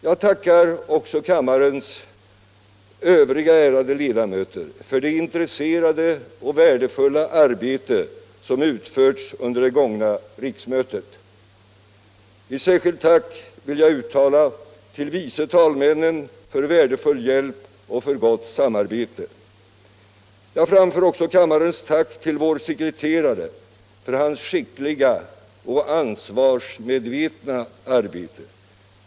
Jag tackar också kammarens övriga ärade ledamöter för det intresserade och värdefulla arbete som utförts under det gångna riksmötet. Ett särskilt tack vill jag uttala till vice talmännen för värdefull hjälp och gott samarbete. Jag framför också kammarens tack till vår sekreterare för hans skickliga och ansvarsmedvetna arbete.